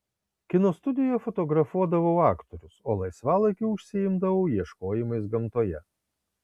kino studijoje fotografuodavau aktorius o laisvalaikiu užsiimdavau ieškojimais gamtoje